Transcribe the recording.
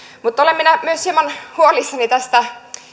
mutta olen minä myös hieman huolissani tästä